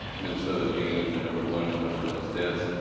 minnesota being the number one in overdose deaths,